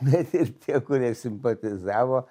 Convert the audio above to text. bet ir tie kurie simpatizavo